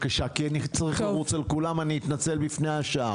אני מאוד מקווה שהקואליציה תהיה מוכנה לאשר.